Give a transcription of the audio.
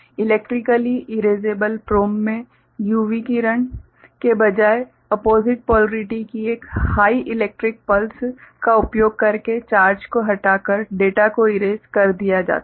electrically erasable PROM में UV किरण के बजाय ऑपोज़िट पोलरिटी की एक इलेक्ट्रिकल पल्स का उपयोग करके चार्ज को हटाकर डेटा को इरेस कर दिया जाता है